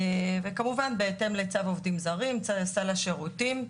וכמובן בהתאם לצו העובדים זרים, סל השירותים.